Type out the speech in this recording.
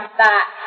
back